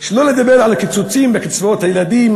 שלא לדבר על הקיצוצים בקצבאות הילדים,